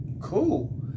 cool